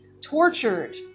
tortured